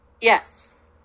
Yes